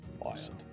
Awesome